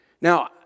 Now